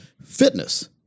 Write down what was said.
Fitness